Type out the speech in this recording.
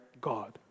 God